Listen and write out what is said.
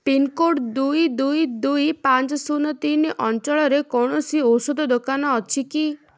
pincode ଦୁଇ ଦୁଇ ଦୁଇ ପାଞ୍ଚ ଶୂନ ତିନି ଅଞ୍ଚଳରେ କୌଣସି ଔଷଧ ଦୋକାନ ଅଛି କି